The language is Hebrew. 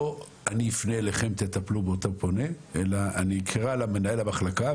לא שאני אפנה אליכם ותטפלו באותו פונה אליי; אלא אני אקרא למנהל המחלקה,